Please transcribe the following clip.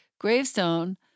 gravestone